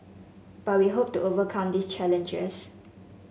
but we hope to overcome these challenges